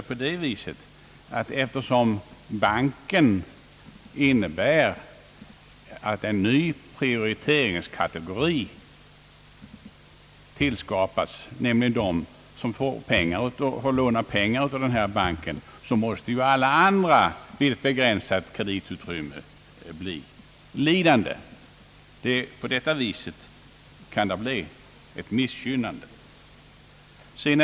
Jag vill uttrycka det så, att eftersom banken innebär att en ny prioriterad låntagarekategori tillskapas, nämligen vissa riskbetonade utvecklingsindustrier, måste det ju bli ett begränsat kreditutrymme för alla andra. Dessa senare blir på det sättet missgynnade.